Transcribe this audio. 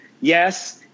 Yes